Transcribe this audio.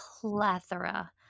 plethora